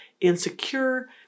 insecure